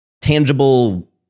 tangible